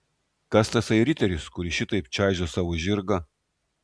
kas tasai riteris kuris šitaip čaižo savo žirgą